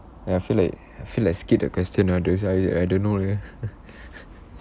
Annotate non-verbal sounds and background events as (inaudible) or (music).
ya I feel like I feel like skip the question ah cause I I don't know leh (laughs)